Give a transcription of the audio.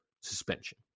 suspension